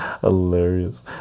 Hilarious